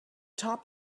top